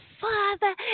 Father